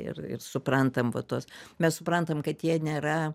ir ir suprantam va tuos mes suprantam kad jie nėra